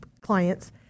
clients